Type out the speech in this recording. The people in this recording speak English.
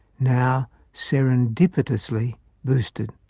now serendipitously boosted.